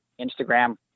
Instagram